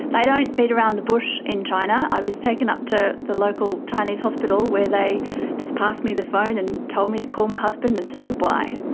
but don't beat around the bush in china. i was taken up to the local chinese hospital where they just passed me the phone and told me to call my husband and say goodbye.